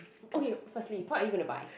okay firstly what are you gonna buy